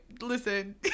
listen